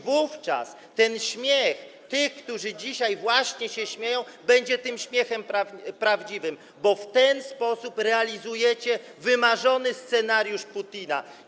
Wówczas ten śmiech tych, którzy dzisiaj właśnie się śmieją, będzie tym śmiechem prawdziwym, bo w ten sposób realizujecie wymarzony scenariusz Putina.